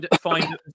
find